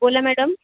बोला मॅडम